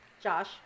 Josh